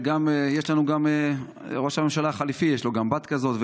וגם לראש הממשלה החליפי יש בת כזאת,